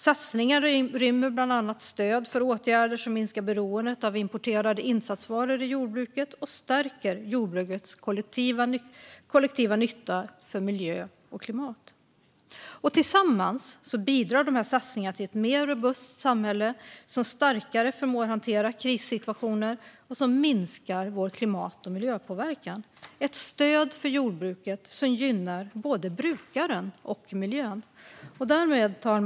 Satsningarna rymmer bland annat stöd för åtgärder som minskar beroendet av importerade insatsvaror i jordbruket och stärker jordbrukets kollektiva nytta för miljö och klimat. Tillsammans bidrar dessa satsningar till ett mer robust samhälle som starkare förmår hantera krissituationer och som minskar vår klimat och miljöpåverkan. Det är ett stöd för jordbruket som gynnar både brukaren och miljön. Fru talman!